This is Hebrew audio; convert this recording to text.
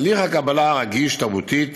הליך הקבלה רגיש-תרבותית,